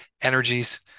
energies